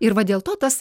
ir va dėl to tas